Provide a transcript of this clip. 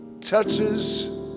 Touches